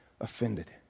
offended